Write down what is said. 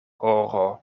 horo